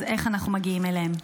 אז איך אנחנו מגיעים אליהם?